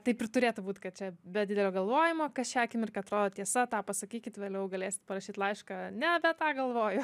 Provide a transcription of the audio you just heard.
taip ir turėtų būt kad čia be didelio galvojimo kas šią akimirką atrodo tiesa tą pasakykit vėliau galėsit parašyt laišką ne apie tą galvoju